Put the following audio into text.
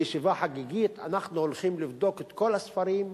בישיבה חגיגית: אנחנו הולכים לבדוק את כל הספרים,